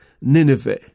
Nineveh